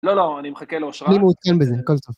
לא, לא, אני מחכה לאושרה. אני מעודכן בזה, הכל טוב.